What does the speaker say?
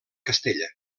castella